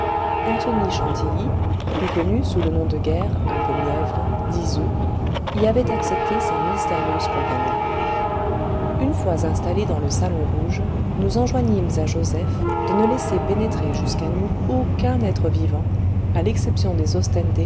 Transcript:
avait accepté sa mystérieuse compagnie une fois installés dans le salon rouge nous enjoignîmes à joseph de ne laisser pénétrer jusqu'à nous aucun être vivant à l'exception des